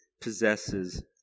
possesses